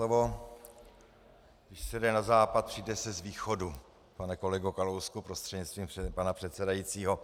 Když se jde na západ, přijde se z východu, pane kolego Kalousku prostřednictvím pana předsedajícího.